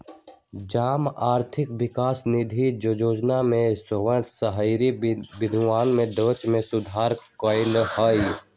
जमा आर्थिक विकास निधि जोजना के उद्देश्य शहरी बुनियादी ढचा में सुधार करनाइ हइ